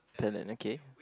talent okay